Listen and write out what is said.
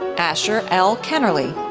asher l. kenerly,